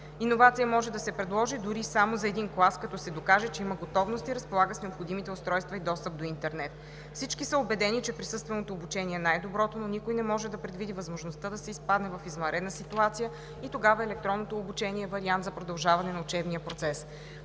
Иновация може да се предложи дори само за един клас, като се докаже, че има готовност и разполага с необходимите устройства и достъп до интернет. Всички са убедени, че присъственото обучение е най-доброто, но никой не може да предвиди възможността да се изпадне в извънредна ситуация и тогава електронното обучение е вариант за продължаване на учебния процес.